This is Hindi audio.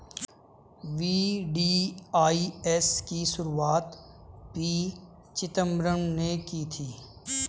वी.डी.आई.एस की शुरुआत पी चिदंबरम ने की थी